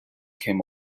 came